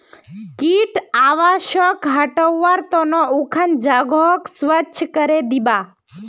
कीट आवासक हटव्वार त न उखन जगहक स्वच्छ करे दीबा